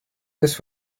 this